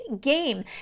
game